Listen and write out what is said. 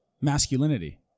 masculinity